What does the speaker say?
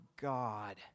God